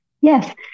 Yes